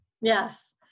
Yes